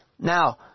Now